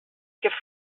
que